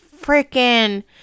freaking